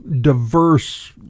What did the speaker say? diverse